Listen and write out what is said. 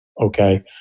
okay